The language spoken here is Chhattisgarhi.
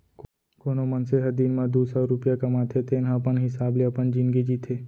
कोनो मनसे ह दिन म दू सव रूपिया कमाथे तेन ह अपन हिसाब ले अपन जिनगी जीथे